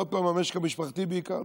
המשק המשפחתי בעיקר,